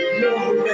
more